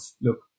look